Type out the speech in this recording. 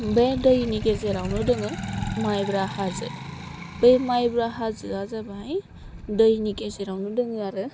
बे दैनि गेजेरावनो जोङो माइब्रा हाजो बे माइब्रा हाजोआ जाबाय दैनि गेजेरावनो दोङो आरो